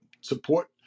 support